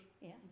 Yes